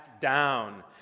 down